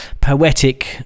poetic